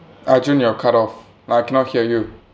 arjun you're cut off I cannot hear you